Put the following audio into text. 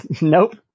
Nope